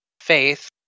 faith